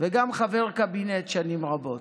וגם חבר קבינט שנים רבות.